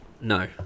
No